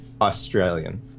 australian